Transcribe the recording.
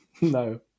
no